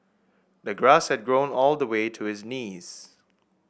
the grass had grown all the way to his knees